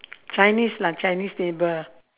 chinese lah chinese neighbour